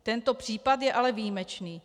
Tento případ je ale výjimečný.